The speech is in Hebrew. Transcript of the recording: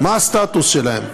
מה הסטטוס שלהם,